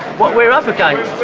what we're up against.